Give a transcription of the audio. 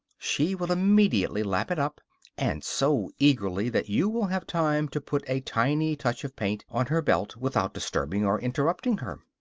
she will immediately lap it up and so eagerly that you will have time to put a tiny touch of paint on her belt without disturbing or interrupting her.